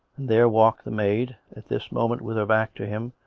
there walked the maid, at this moment with her back to him,